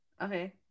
Okay